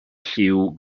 lliw